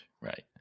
right